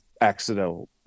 accidental